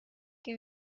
que